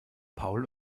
paul